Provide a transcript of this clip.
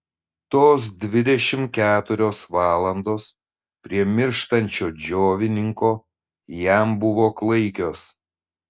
tos dvidešimt keturios valandos prie mirštančio džiovininko jam buvo klaikios